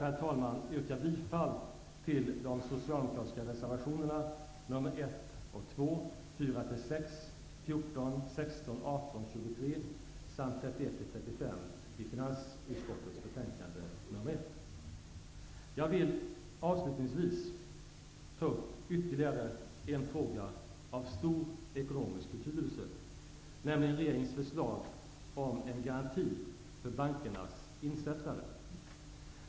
Jag vill därför yrka bifall till de socialdemokratiska reservationerna nr 1, 2, 4-6, Jag vill avslutningsvis ta upp ytterligare en fråga av stor ekonomisk betydelse, nämligen regeringens förslag om en garanti för bankernas insättare.